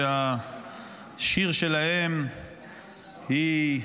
שהשיר שלהם הוא